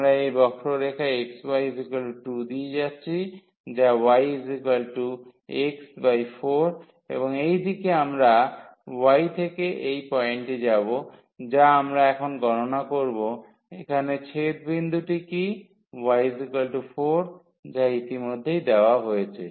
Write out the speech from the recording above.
আমরা এই বক্ররেখা xy2 দিয়ে যাচ্ছি যা yx4 এবং এই দিকে আমরা y থেকে এই পয়েন্টে যাব যা আমরা এখন গণনা করব এখানে ছেদ বিন্দুটি কি y4 যা ইতিমধ্যেই দেওয়া হয়েছে